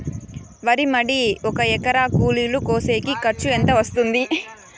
వరి మడి ఒక ఎకరా కూలీలు కోసేకి ఖర్చు ఎంత వస్తుంది?